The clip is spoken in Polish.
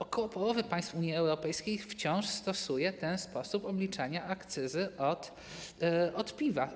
Około połowy państw Unii Europejskiej wciąż stosuje ten sposób obliczania akcyzy od piwa.